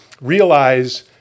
realize